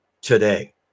today